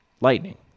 lightning